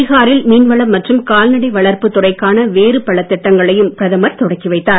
பீகாரில் மீன்வளம் மற்றும் கால்நடை வளர்ப்பு துறைக்கான வேறு பல திட்டங்களையும் பிரதமர் தொடக்கி வைத்தார்